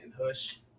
hush